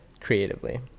Creatively